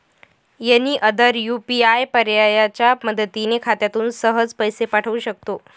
any other UPI पर्यायाच्या मदतीने खात्यातून सहज पैसे पाठवू शकतो